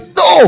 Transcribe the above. no